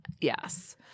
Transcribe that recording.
Yes